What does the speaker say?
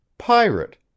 Pirate